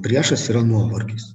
priešas yra nuovargis